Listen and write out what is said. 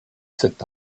sept